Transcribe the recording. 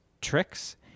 tricks